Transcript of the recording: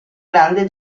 grande